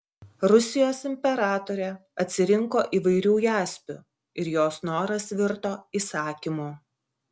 rusijos imperatorė atsirinko įvairių jaspių ir jos noras virto įsakymu